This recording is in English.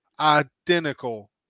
identical